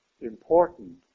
important